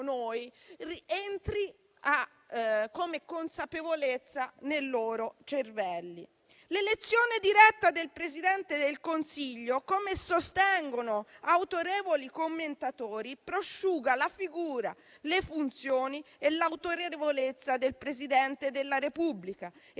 diciamo entri come consapevolezza nei loro cervelli. L'elezione diretta del Presidente del Consiglio, come sostengono autorevoli commentatori, prosciuga la figura, le funzioni e l'autorevolezza del Presidente della Repubblica,